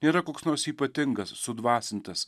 yra koks nors ypatingas sudvasintas